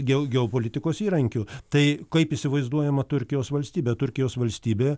geo geopolitikos įrankiu tai kaip įsivaizduojama turkijos valstybė turkijos valstybė